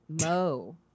Mo